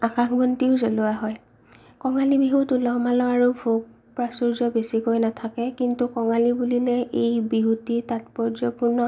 আকাশ বন্তিও জ্বলোৱা হয় কঙালী বিহুত উলহ মালহ আৰু ভোগ প্ৰাচুৰ্য্য বেছিকৈ নাথাকে কিন্তু কঙালী বুলিলে এই বিহুটি তাৎপৰ্যপূৰ্ণ